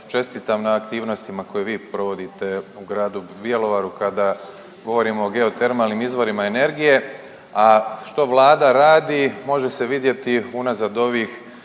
čestitam na aktivnostima koje vi provodite u gradu Bjelovaru kada govorimo o geotermalnim izvorima energije, a što Vlada radi može se vidjeti unazad ovih